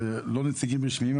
זה לא נציגים רשמיים,